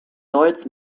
deutz